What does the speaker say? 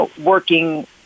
working